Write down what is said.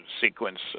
sequence